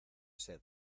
sed